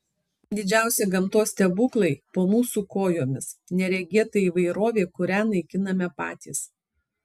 didžiausi gamtos stebuklai po mūsų kojomis neregėta įvairovė kurią naikiname patys